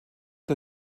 der